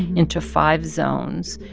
into five zones.